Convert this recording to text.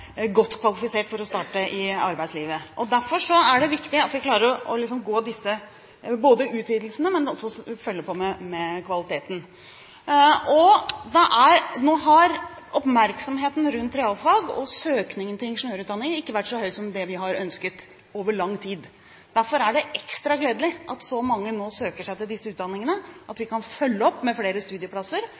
godt kvalifisert for å starte i arbeidslivet. Derfor er det viktig at vi klarer å få til disse utvidelsene, men også følge opp med kvaliteten. Nå har oppmerksomheten rundt realfag og søkningen til ingeniørutdanningene ikke vært så høy som det vi har ønsket – over lang tid. Derfor er det ekstra gledelig at så mange nå søker seg til disse utdanningene, at vi kan følge opp med flere studieplasser og sørge for at de institusjonene som har kapasitet til å tilby flere studieplasser